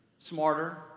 smarter